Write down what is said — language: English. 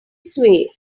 sway